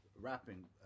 wrapping